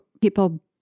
people